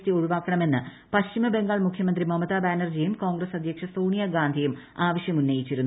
T ഒഴിവാക്കണമെന്ന് പശ്ചിമ ബംഗാൾ മുഖ്യമന്ത്രി മമതാ ബാനർജിയും കോൺഗ്രസ് അദ്ധ്യക്ഷ സോണിയാ ഗാന്ധിയും ആവശ്യമുന്നയിച്ചിരുന്നു